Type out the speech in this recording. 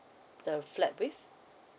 the flat with